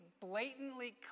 blatantly